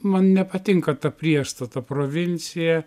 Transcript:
man nepatinka ta priešstata provincija